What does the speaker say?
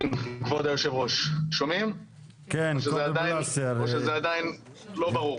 כבוד יושב הראש, שומעים או שזה עדיין לא ברור?